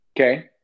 Okay